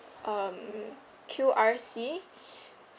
um Q R C